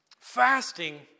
Fasting